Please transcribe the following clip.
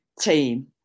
team